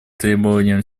требованиям